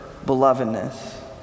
belovedness